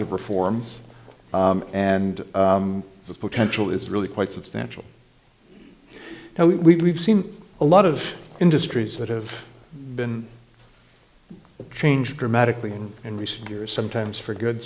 of reforms and the potential is really quite substantial now we have seen a lot of industries that have been changed dramatically in in recent years sometimes for good